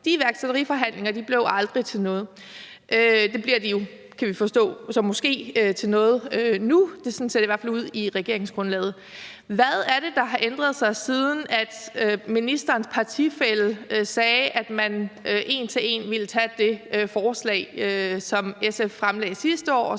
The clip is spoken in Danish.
De iværksætteriforhandlinger blev aldrig til noget. De bliver jo så måske til noget nu, kan vi forstå; sådan ser det i hvert fald ud i regeringsgrundlaget. Hvad er det, der har ændret sig, siden ministerens partifælle sagde, at man en til en ville tage det forslag, som SF fremsatte sidste år,